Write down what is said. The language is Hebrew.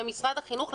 ומשרד החינוך,